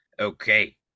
okay